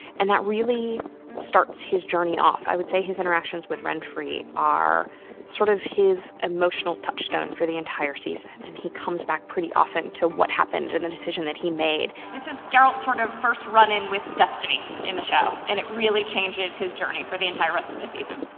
and that really starts his journey off, i would say his interactions with renfri are sort of his emotional touchstone for the entire season, and he comes back pretty often to what happened and the decision that he made. this is geralt's sort of first run in with destiny in the show, and it really changes his journey for the entire rest of the season.